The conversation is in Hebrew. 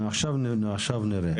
עכשיו נראה.